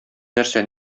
нәрсә